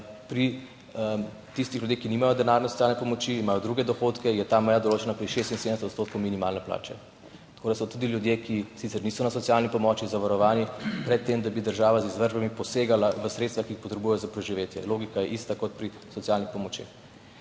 pri tistih ljudeh, ki nimajo denarne socialne pomoči, imajo druge dohodke, je ta meja določena pri 76 % minimalne plače. Tako da so tudi ljudje, ki sicer niso na socialni pomoči, zavarovani pred tem, da bi država z izvršbami posegala v sredstva, ki jih potrebujejo za preživetje. Logika je ista kot pri socialnih pomoči.